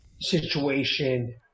situation